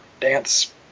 dance